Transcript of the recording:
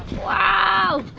wow!